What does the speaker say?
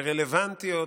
ורלוונטיות.